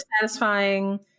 satisfying